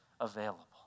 available